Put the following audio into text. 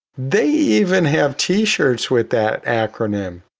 they even have t shirts with that acronym.